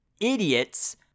idiots